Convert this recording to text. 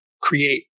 create